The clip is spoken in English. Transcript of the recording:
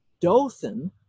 Dothan